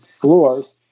floors